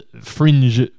fringe